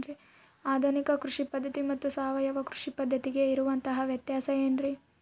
ಆಧುನಿಕ ಕೃಷಿ ಪದ್ಧತಿ ಮತ್ತು ಸಾವಯವ ಕೃಷಿ ಪದ್ಧತಿಗೆ ಇರುವಂತಂಹ ವ್ಯತ್ಯಾಸ ಏನ್ರಿ?